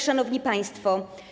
Szanowni Państwo!